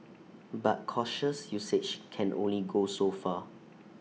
but cautious usage can only go so far